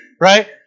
Right